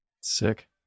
Sick